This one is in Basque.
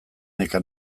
neka